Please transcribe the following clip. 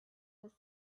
was